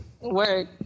work